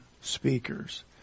speakers